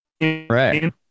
Right